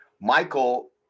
Michael